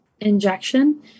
injection